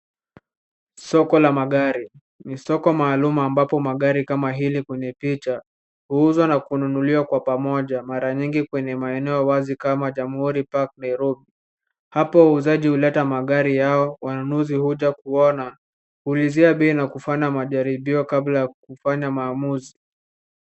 Soko la magari. Ni soko maalum ambapo magari kama hili kwenye picha huuzwa na kununuliwa kwa pamoja mara nyingi kwenye maeneo wazi kama jamhuri Park Nairobi. Hapo wauzaji huleta magari yao. Wanunuzi huja kuona, kuulizia bei na kufanya majaribio kabla ya kufanya maamuzi.